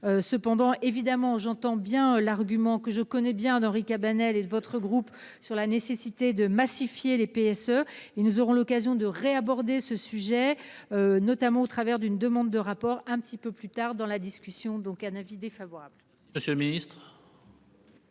Cependant évidemment j'entends bien l'argument que je connais bien d'Henri Cabanel et de votre groupe sur la nécessité de massifier les PSE. Ils nous aurons l'occasion de re-aborder ce sujet. Notamment au travers d'une demande de rapport un petit peu plus tard dans la discussion donc un avis défavorable.